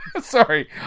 Sorry